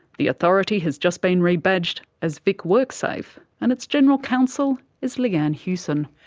the authority has just been rebadged as vic worksafe, and its general counsel is leanne hughson.